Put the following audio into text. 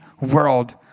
world